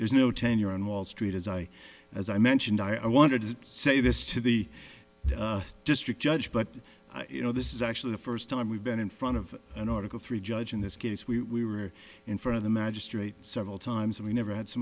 there's no tenure on wall street as i as i mentioned i wanted to say this to the district judge but you know this is actually the first time we've been in front of an oracle three judge in this case we were in front of the magistrate several times and we never had so